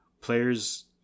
players